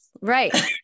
Right